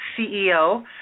CEO